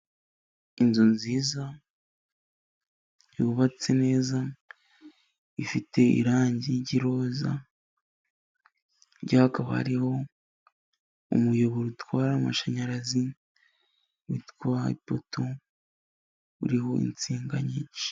Inzu nziza yubatse neza ifite irangi ry'iroza, hirya hakaba hariho umuyoboro utwara amashanyarazi witwa ipoto, uriho insinga nyinshi.